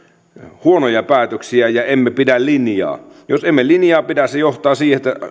huonoja päätöksiä emmekä pidä linjaa jos emme linjaa pidä se johtaa siihen että